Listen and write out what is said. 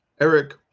Eric